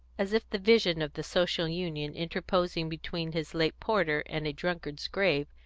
as if the vision of the social union interposing between his late porter and a drunkard's grave,